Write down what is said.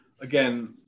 again